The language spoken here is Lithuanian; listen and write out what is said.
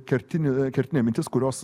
kertinė kertinė mintis kurios